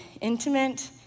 intimate